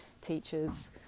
teachers